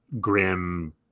grim